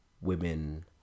women